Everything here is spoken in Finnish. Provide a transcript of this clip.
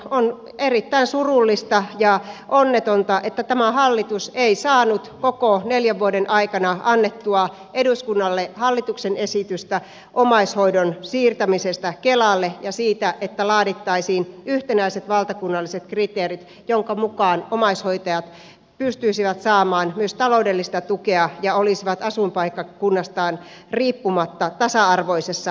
on erittäin surullista ja onnetonta että tämä hallitus ei saanut koko neljän vuoden aikana annettua eduskunnalle hallituksen esitystä omaishoidon siirtämisestä kelalle ja siitä että laadittaisiin yhtenäiset valtakunnalliset kriteerit joiden mukaan omaishoitajat pystyisivät saamaan myös taloudellista tukea ja olisivat asuinpaikkakunnastaan riippumatta tasa arvoisessa asemassa